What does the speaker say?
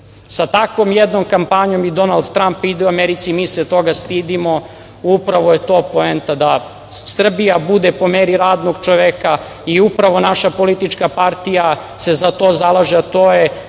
Sa takvom jednom kampanjom i Donald Tramp ide u Americi, mi se toga stidimo, upravo je to poenta, da Srbija bude po meri radnog čoveka i upravo naša politička partija se za to zalaže, a to je